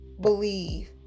believe